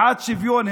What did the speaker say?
בעד שוויון,